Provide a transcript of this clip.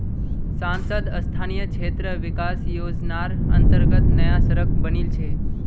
सांसद स्थानीय क्षेत्र विकास योजनार अंतर्गत नया सड़क बनील छै